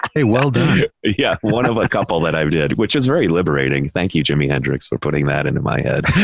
hey, well done! jeff yeah one of a couple that i did, which was very liberating. thank you, jimmy hendrix, for putting that into my head.